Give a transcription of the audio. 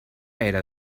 era